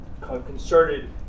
concerted